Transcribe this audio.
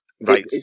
right